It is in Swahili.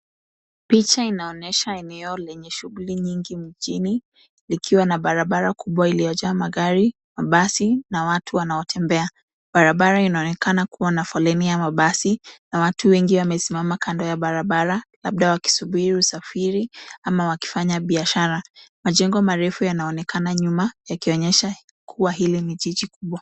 Picha inaonyesha eneo lenye shughuli nyingi mjini, likiwa na barabara kubwa iliyojaa magari, mabasi, na watu wanaotembea. Barabara inaonekana kuwa na foleni ya mabasi, na watu wengi wamesimama kando ya barabara labda wakisubiri usafiri, ama wakifanya biashara. Majengo marefu yanaonekana nyuma, yakionyesha kuwa hili ni jiji kubwa.